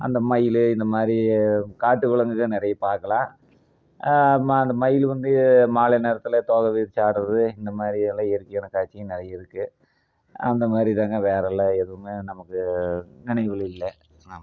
அந்த மயில் இந்த மாதிரி காட்டு விலங்குகள் நிறைய பார்க்கலாம் ம அந்த மயில் வந்து மாலை நேரத்தில் தோகை விரிச்சு ஆடுறது இந்தமாதிரியெல்லாம் இயற்கையான காட்சி நிறைய இருக்குது அந்தமாதிரி தாங்க வேறுலாம் எதுவுமே நமக்கு நினைவுகள் இல்லை ஆமாங்க